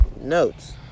notes